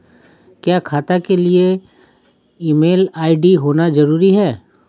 क्या खाता के लिए ईमेल आई.डी होना जरूरी है?